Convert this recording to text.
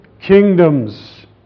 kingdoms